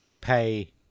pay